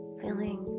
feeling